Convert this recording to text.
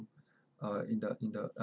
uh in the in the uh